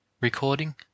Recording